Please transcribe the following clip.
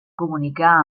comunicar